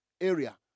area